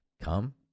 Come